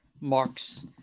Mark's